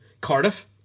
Cardiff